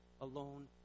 alone